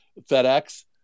FedEx